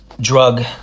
drug